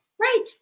right